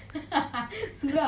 sura ya